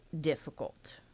difficult